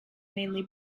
mainly